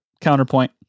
counterpoint